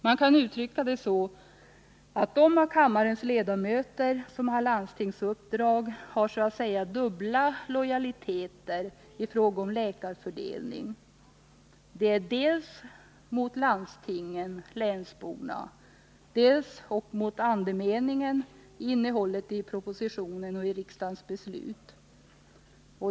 Man kan uttrycka det så, att de av kammarens ledamöter som har landstingsuppdrag har så att säga dubbla lojaliteter i fråga om läkarfördelning: dels mot landstingen och länsborna, dels mot andemeningen i innehållet i propositionen och riksdagens beslut.